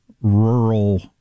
rural